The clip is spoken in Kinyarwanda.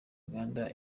uganda